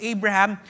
Abraham